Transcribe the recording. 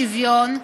שוויון),